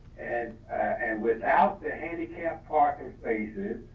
and and without the handicapped parking spaces,